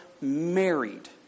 married